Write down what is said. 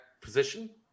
position